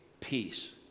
peace